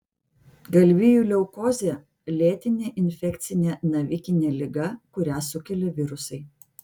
galvijų leukozė lėtinė infekcinė navikinė liga kurią sukelia virusai